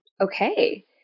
Okay